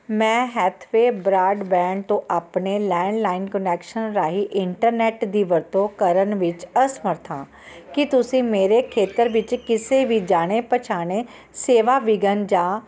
ਮੈਂ Hathway broadband ਤੋਂ ਆਪਣੇ ਲੈਂਡਲਾਈਨ ਕੁਨੈਕਸ਼ਨ ਰਾਹੀਂ ਇੰਟਰਨੈੱਟ ਦੀ ਵਰਤੋਂ ਕਰਨ ਵਿੱਚ ਅਸਮਰੱਥ ਹਾਂ ਕੀ ਤੁਸੀਂ ਮੇਰੇ ਖੇਤਰ ਵਿੱਚ ਕਿਸੇ ਵੀ ਜਾਣੇ ਪਛਾਣੇ ਸੇਵਾ ਵਿਘਨ ਜਾਂ